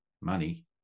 money